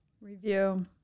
Review